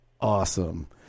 awesome